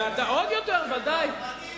עוד יותר, ודאי.